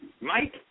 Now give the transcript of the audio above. Mike